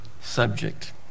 subject